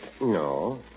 No